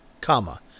comma